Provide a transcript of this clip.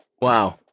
Wow